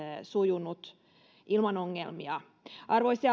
sujunut ilman ongelmia arvoisa